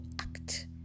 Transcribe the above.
act